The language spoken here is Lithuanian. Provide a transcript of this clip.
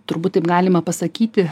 turbūt taip galima pasakyti